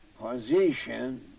position